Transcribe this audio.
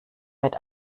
mit